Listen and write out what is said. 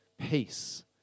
peace